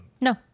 No